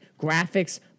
graphics